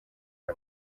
kwa